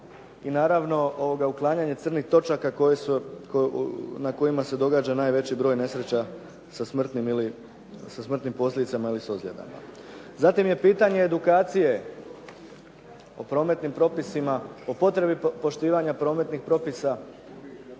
i naravno uklanjanje crnih točaka na kojima se događa najveći broj nesreća sa smrtnim posljedicama ili s ozljedama. Zatim je pitanje edukacije o prometnim propisima, o potrebi poštivanja prometnih propisa, o dakle